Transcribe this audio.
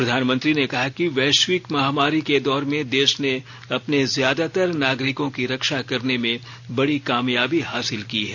प्रधानमंत्री ने कहा कि वैश्विक महामारी के दौर में देश ने अपने ज्यादातर नागरिकों की रक्षा करने में बडी कामयाबी हासिल की है